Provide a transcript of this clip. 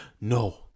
no